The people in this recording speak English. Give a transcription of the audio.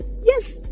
Yes